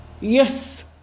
Yes